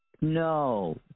no